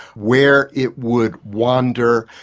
where it would wander,